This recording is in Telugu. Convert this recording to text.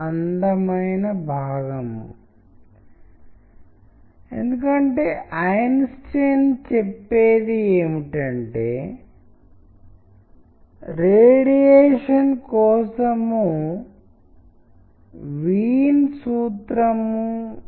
తర్వాత మనము మౌఖిక లేదా సంగీతాన్ని విడిగా తీసుకుంటాము మరియు మీరు ఈ ఉపన్యాసాలను విన్న తర్వాత వాటిని ఒకదానితో ఒకటి లింక్ చేయగలుగుతారు తర్వాత మీరు వాటిని ఒకదానితో ఒకటి కలిపి లింక్ చేయడానికి ప్రయత్నించండి